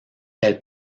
elle